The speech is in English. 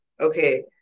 okay